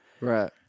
Right